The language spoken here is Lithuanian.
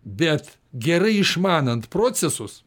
bet gerai išmanant procesus